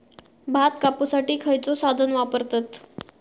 भात कापुसाठी खैयचो साधन वापरतत?